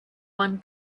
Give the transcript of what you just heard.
one